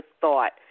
thought